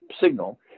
signal